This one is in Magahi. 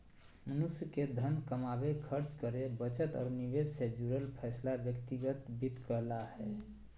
मनुष्य के धन कमावे, खर्च करे, बचत और निवेश से जुड़ल फैसला व्यक्तिगत वित्त कहला हय